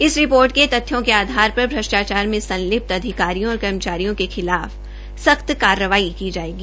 इस रिपोर्ट के तथ्यों के आधार पर श्रष्टाचार में संल्पित अधिकारियों और कर्मचारियों के खिलाफ सख्त कार्रवाई की जायेगी